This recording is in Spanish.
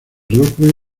rugby